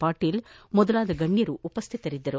ಪಾಟೀಲ್ ಮೊದಲಾದ ಗಣ್ಠರು ಉಪಸ್ಥಿತರಿದ್ದರು